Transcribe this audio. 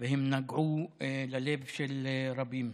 והם נגעו ללב של רבים.